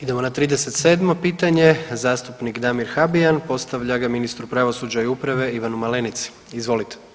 Idemo na 37. pitanje zastupnik Damir Habijan postavlja ga ministru pravosuđa i uprave Ivanu Malenici, izvolite.